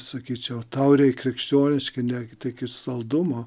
sakyčiau tauriai krikščioniški ne tik iš saldumo